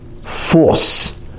force